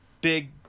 big